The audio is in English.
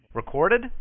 recorded